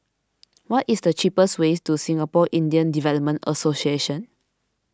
what is the cheapest way to Singapore Indian Development Association